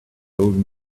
old